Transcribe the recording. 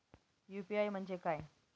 UPI म्हणजे काय?